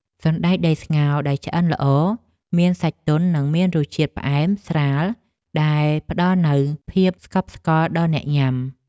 សណ្តែកដីស្ងោរដែលឆ្អិនល្អមានសាច់ទន់និងមានរសជាតិផ្អែមស្រាលដែលផ្តល់នូវភាពស្កប់ស្កល់ដល់អ្នកញ៉ាំ។